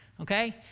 okay